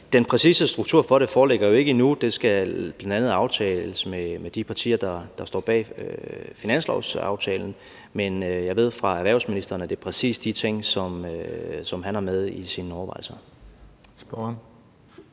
Den præcise struktur for det foreligger jo ikke endnu. Det skal bl.a. aftales med de partier, der står bag finanslovsaftalen, men jeg ved fra erhvervsministeren, at det præcis er de ting, som han har med i sine overvejelser.